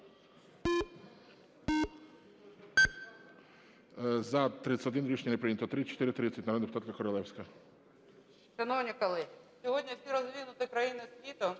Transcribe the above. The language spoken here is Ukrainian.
За-31 Рішення не прийнято. 3430, народна депутатка Королевська.